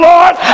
Lord